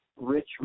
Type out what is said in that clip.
rich